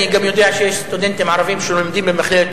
אני גם יודע שיש סטודנטים ערבים שלומדים במכללת